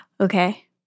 Okay